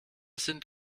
sind